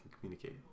communicate